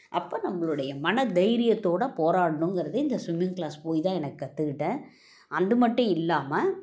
அப்போ நம்மளுடைய மனத்தைரியத்தோட போராடணுங்கறது இந்த ஸ்விம்மிங் க்ளாஸ் போயித்தான் எனக்கு கற்றுக்கிட்டேன் அது மட்டும் இல்லாமல்